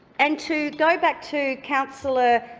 and to go back to councillor